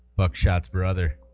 bookshops brother